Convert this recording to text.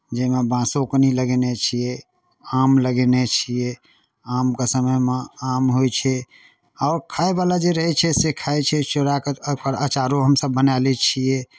जाहिमे बाँसो कनि लगेने छियै आम लगेने छियै आमके समयमे आम होइ छै आओर खायवला जे रहै छै से खाइ छै छोड़ा कऽ अँचारो हमसभ बना लैत छियै